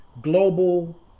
global